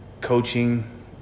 coaching